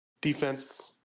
Defense